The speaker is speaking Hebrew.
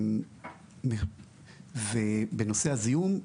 בנושא הזיהום,